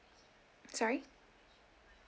sorry